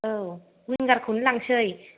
औ विंगारखौनो लांनोसै